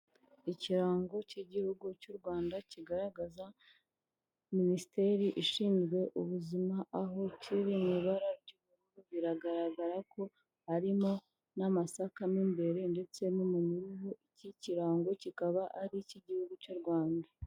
Ikirango cy'igihugu cy'u Rwanda kigaragaza Minisiteri ishinzwe Ubuzima, aho kiri mu ibara biragaragara ko harimo n'amasaka mo imbere ndetse no mu bururu iki kirango kikaba ari ik'igihugu cy'u Rwanda.